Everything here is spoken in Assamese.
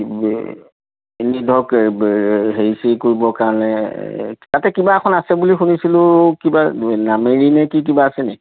কি এনে ধৰক হেৰি চেৰি কৰিব কাৰণে তাতে কিবা এখন আছে বুলি শুনিছিলো কিবা নামেৰি নে কি কিবা আছে নেকি